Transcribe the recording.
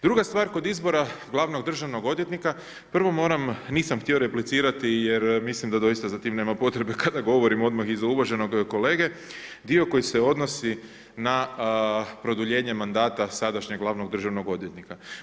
Druga stvar kod izbora glavnog državnog odvjetnika prvo mora, nisam htio replicirati jer mislim da doista za tim nema potrebe kada govorim odmah iza uvaženog kolege, dio koji se odnosi na produljenje mandata sadašnjeg glavnog državnog odvjetnika.